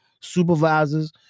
supervisors